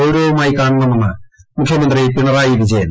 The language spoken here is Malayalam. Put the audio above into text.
ഗൌരവമായി കാണണമെന്ന് മുഖ്യമന്ത്രി പിണറായി വിജയൻ